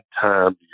time